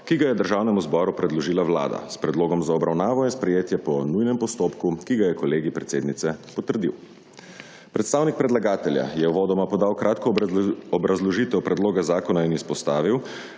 ki ga je Državnemu zboru predložila Vlada s predlogom za obravnavo in sprejetje po nujnem postopku, ki ga je Kolegij predsednice potrdil. Predstavnik predlagatelje je uvodoma podal kratko obrazložitev predloga zakona in izpostavil,